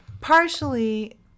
Partially